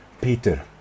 Peter